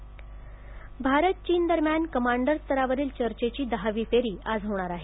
भारत चीन भारत चीन दरम्यान कमांडर स्तरावरील चर्चेची दहावी फेरी आज होणार आहे